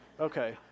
Okay